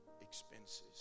expenses